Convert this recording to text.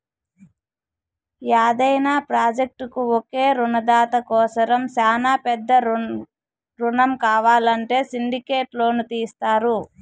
యాదైన ప్రాజెక్టుకు ఒకే రునదాత కోసరం శానా పెద్ద రునం కావాలంటే సిండికేట్ లోను తీస్తారు